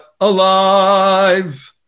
alive